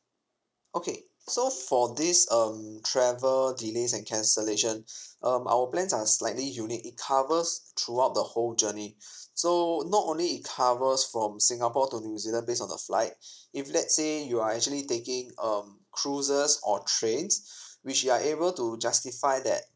okay so for this um travel delays and cancellation um our plans are slightly unique it covers throughout the whole journey so not only it covers from singapore to new zealand based on the flight if let's say you are actually taking um cruises or trains which you are able to justify that